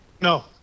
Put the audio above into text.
No